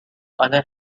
other